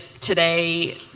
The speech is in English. today